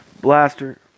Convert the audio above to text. blaster